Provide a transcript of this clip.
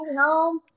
home